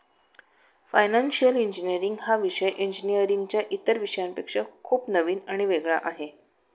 financial engineering हा विषय इंजिनीअरिंगच्या इतर विषयांपेक्षा खूप नवीन आणि वेगळा आहे